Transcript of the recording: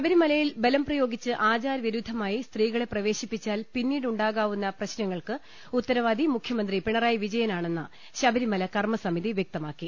ശബരിമലയിൽ ബലം പ്രയോഗിച്ച് ആചാരവിരുദ്ധമായി സ്ത്രീകളെ പ്രവേശിപ്പിച്ചാൽ പിന്നീടുണ്ടാകാവുന്ന പ്രശ്നങ്ങൾക്ക് ഉത്തരവാദി മുഖ്യ മന്ത്രി പിണറായി വിജയനാണെന്ന് ശബരിമല കർമ്മസമിതി വ്യക്തമാക്കി